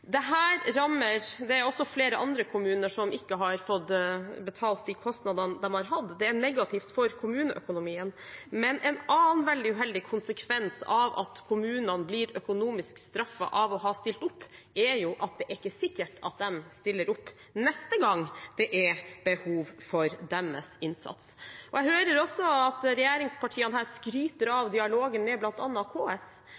Det er også flere andre kommuner som ikke har fått dekket de kostnadene de har hatt. Det er negativt for kommuneøkonomien. Men en annen veldig uheldig konsekvens av at kommunene blir økonomisk straffet for å ha stilt opp, er at det ikke er sikkert de stiller opp neste gang det er behov for deres innsats. Jeg hører også at regjeringspartiene her skryter